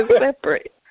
separate